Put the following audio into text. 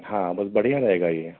हाँ बहुत बढ़िया रहेगा यह